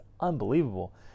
unbelievable